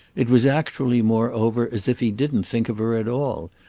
it was actually moreover as if he didn't think of her at all,